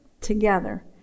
together